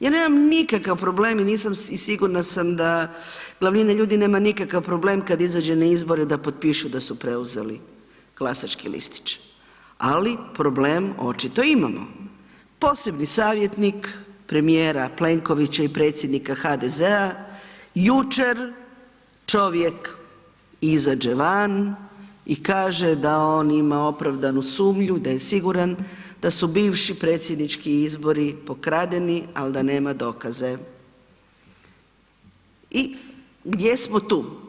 Ja nemam nikakav problem i sigurna sam da glavnina ljudima nemam nikakav problem kad izađe na izbore da potpišu da su preuzeli glasački listić ali problem očito imamo, posebni savjetnik premijera Plenkovića i predsjednika HDZ-a, jučer čovjek izađe van i kaže da on ima opravdanu sumnju da je siguran da su bivši predsjednički izbori pokradeni ali da nema dokaza i gdje smo tu?